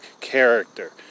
character